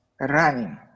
running